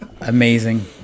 Amazing